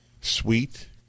Sweet